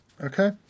okay